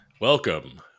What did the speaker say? Welcome